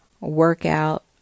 workout